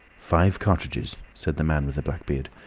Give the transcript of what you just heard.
five cartridges, said the man with the black beard.